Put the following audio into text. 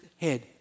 head